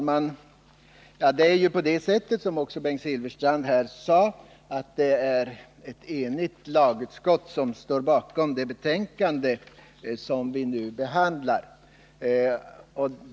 Fru talman! Såsom Bengt Silfverstrand sade står ett enigt lagutskott bakom det betänkande som vi nu behandlar.